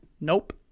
Nope